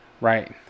right